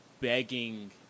begging